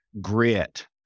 grit